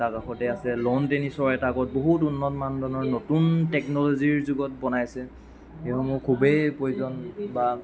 তাৰ কাষতে আছে লন টেনিচৰ এটা কৰ্ট বহুত উন্নত মানদণ্ডৰ নতুন টেকনলজিৰ যুগত বনাইছে সেইসমূহ খুবেই প্ৰয়োজন বা